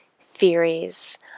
theories